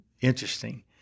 interesting